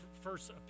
first